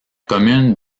commune